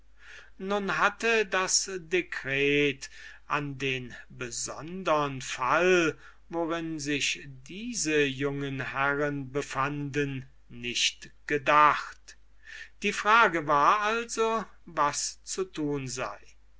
nun hatte das decret an den besondern fall worin sich diese jungen herren befanden nicht gedacht die frage war also was zu tun sei